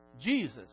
Jesus